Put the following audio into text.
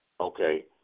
Okay